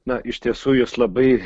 na iš tiesų jūs labai